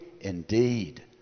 indeed